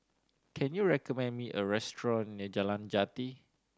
can you recommend me a restaurant near Jalan Jati